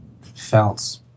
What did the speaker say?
felt